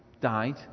died